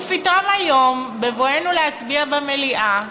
ופתאום היום, בבואנו להצביע במליאה,